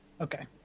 Okay